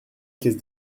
caisse